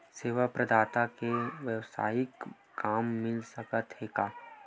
सेवा प्रदाता के वेवसायिक काम मिल सकत हे का?